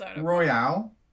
Royale